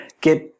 get